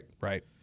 Right